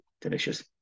delicious